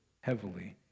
heavily